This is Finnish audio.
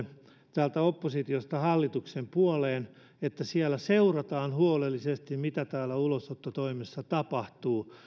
täältä oppositiosta hallituksen puoleen että siellä seurataan huolellisesti mitä ulosottotoimessa tapahtuu